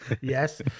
Yes